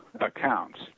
accounts